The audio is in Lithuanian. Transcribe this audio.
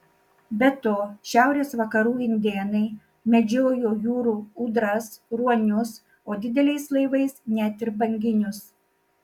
be to šiaurės vakarų indėnai medžiojo jūrų ūdras ruonius o dideliais laivais net ir banginius